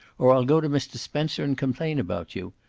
or i'll go to mr. spencer and complain about you.